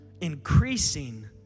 increasing